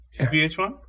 VH1